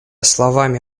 словами